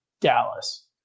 Dallas